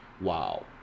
wow